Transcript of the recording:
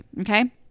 Okay